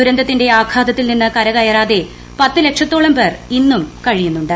ദുരന്തത്തിന്റെ ആഘാതത്തിൽ നിന്ന് കരകയറാതെ പത്ത് ലക്ഷത്തോളം പേർ ഇന്നൂും കഴിയുന്നുണ്ട്